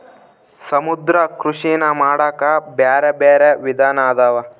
ಸಮುದ್ರ ಕೃಷಿನಾ ಮಾಡಾಕ ಬ್ಯಾರೆ ಬ್ಯಾರೆ ವಿಧಾನ ಅದಾವ